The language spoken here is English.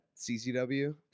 ccw